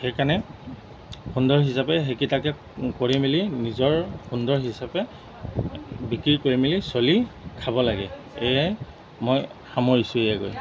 সেইকাৰণে সুন্দৰ হিচাপে সেইকিটাকে কৰি মেলি নিজৰ সুন্দৰ হিচাপে বিক্ৰী কৰি মেলি চলি খাব লাগে এইয়াই মই সামৰিছোঁ ইয়াকৈ